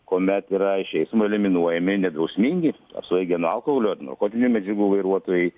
kuomet yra iš eismo eliminuojami nedrausmingi apsvaigę nuo alkoholio narkotinių medžiagų vairuotojai